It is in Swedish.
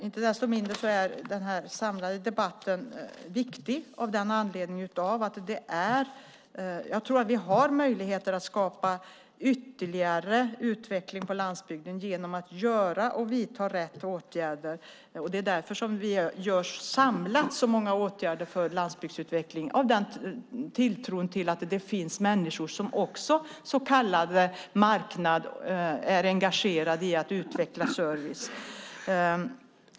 Inte desto mindre är den samlade debatten viktig med anledning av att jag tror att vi har möjligheter att skapa ytterligare utveckling på landsbygden genom att göra och vidta rätt åtgärder. Det är därför vi samlat vidtar så många åtgärder för landsbygdsutveckling. Vi har tilltron till att det finns människor, också inom så kallad marknad, som är engagerade i att utveckla service.